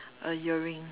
a earring